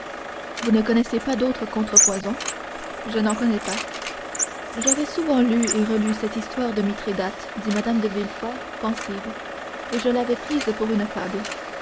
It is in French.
vous ne connaissez pas d'autre contrepoison je n'en connais pas j'avais souvent lu et relu cette histoire de mithridate dit mme de villefort pensive et je l'avais prise pour une fable